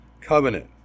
covenant